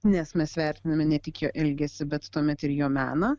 nes mes vertiname ne tik jo elgesį bet tuomet ir jo meną